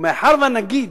ומאחר שהנגיד,